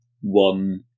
one